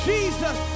Jesus